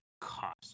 cost